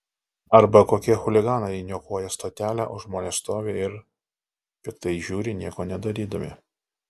arba kokie chuliganai niokoja stotelę o žmonės stovi ir piktai žiūri nieko nedarydami